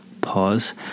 pause